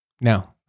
no